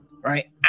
right